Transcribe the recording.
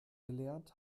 gelernt